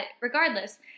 regardless